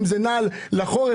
אם זה נעל לחורף,